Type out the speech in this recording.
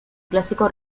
clásico